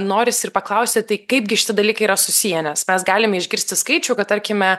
norisi ir paklausti tai kaipgi šiti dalykai yra susiję nes mes galime išgirsti skaičių kad tarkime